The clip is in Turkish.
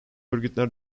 örgütler